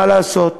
מה לעשות.